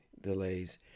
delays